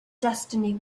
destiny